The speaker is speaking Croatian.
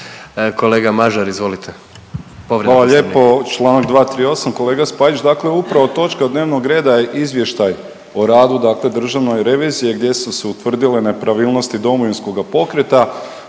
Kolega Mažar izvolite